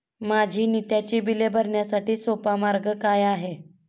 माझी नित्याची बिले भरण्यासाठी सोपा मार्ग काय आहे?